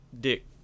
dick